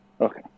Okay